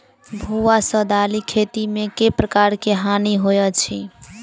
भुआ सँ दालि खेती मे केँ प्रकार केँ हानि होइ अछि?